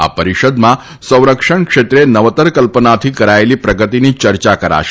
આ પરિષદમાં સંરક્ષણ ક્ષેત્રે નવતર કલ્પનાથી કરાયેલી પ્રગતિની ચર્ચા કરાશે